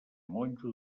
monjo